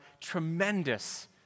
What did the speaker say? tremendous